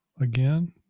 again